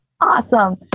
awesome